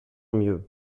mieux